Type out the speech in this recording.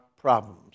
problems